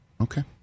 Okay